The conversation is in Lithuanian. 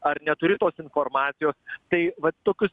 ar neturi tos informacijos tai va tokius